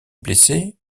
blessé